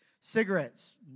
Cigarettes